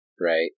right